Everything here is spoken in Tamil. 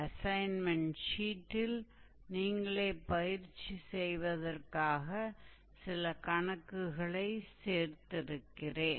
அசைன்மென்ட் ஷீட்டில் நீங்களே பயிற்சி செய்வதற்காக சில கணக்குகளைச் சேர்த்திருக்கிறேன்